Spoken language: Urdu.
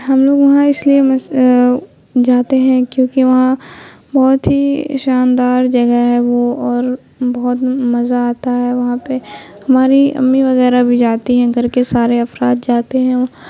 ہم لوگ وہاں اس لیے جاتے ہیں کیونکہ وہاں بہت ہی شاندار جگہ ہے وہ اور بہت مزہ آتا ہے وہاں پہ ہماری امی وغیرہ بھی جاتی ہیں گھر کے سارے افراد جاتے ہیں